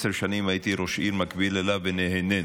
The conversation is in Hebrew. עשר שנים הייתי ראש עיר מקביל אליו ונהנינו,